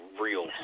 real